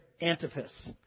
Antipas